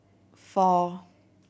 four